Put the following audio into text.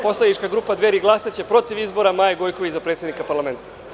Poslanička grupa Dveri glasaće protiv izbora Maje Gojković za predsednika parlamenta.